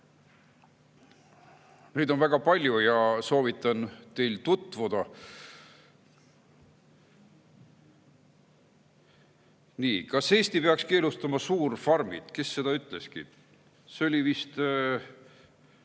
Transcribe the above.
Neid on väga palju ja soovitan teil [nendega] tutvuda. Nii. Kas Eesti peaks keelustama suurfarmid? Kes seda ütleski? Need olid vist